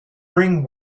bring